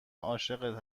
عاشقت